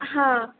हां